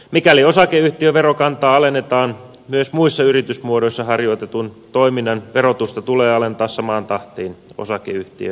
mikäli osakeyhtiöverokantaa alennetaan myös muissa yritysmuodoissa harjoitetun toiminnan verotusta tulee alentaa samaan tahtiin osakeyhtiöiden kanssa